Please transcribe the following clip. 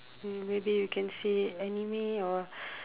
mm maybe you can say anime or